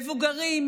מבוגרים,